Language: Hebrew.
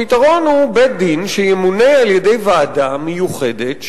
הפתרון הוא בית-דין שימונה על-ידי ועדה מיוחדת,